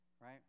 right